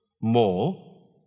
more